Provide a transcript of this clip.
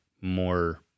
more